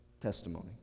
testimony